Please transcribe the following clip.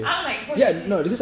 I'm like holy shit